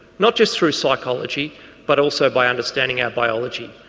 not just through psychology but also by understanding our biology,